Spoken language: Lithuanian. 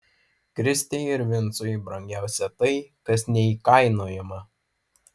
kristei ir vincui brangiausia tai kas neįkainojama